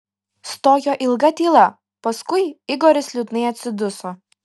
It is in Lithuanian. stojo ilga tyla paskui igoris liūdnai atsiduso